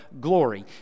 glory